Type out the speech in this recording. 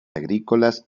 agrícolas